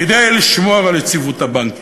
כדי לשמור על יציבות הבנקים.